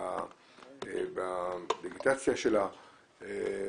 בדיגיטציה שלה,